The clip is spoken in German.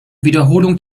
wiederholung